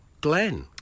Glenn